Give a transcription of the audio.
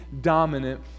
dominant